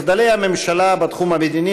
מחדלי הממשלה בתחום המדיני,